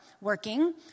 working